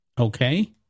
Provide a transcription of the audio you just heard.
Okay